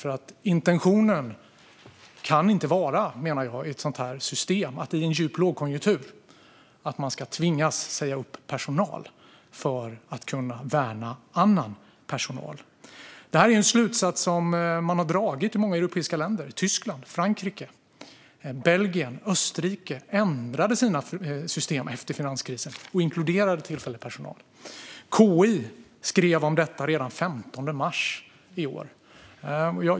Intentionen i ett sådant här system kan inte, menar jag, vara att man i en djup lågkonjunktur ska tvingas säga upp personal för att värna annan personal. Detta är en slutsats som man har dragit i många europeiska länder. Tyskland, Frankrike, Belgien och Österrike ändrade sina system efter finanskrisen och inkluderade tillfällig personal. KI skrev om detta redan den 15 mars i år.